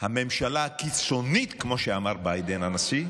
הממשלה הקיצונית, כמו שאמר ביידן הנשיא,